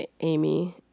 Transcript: Amy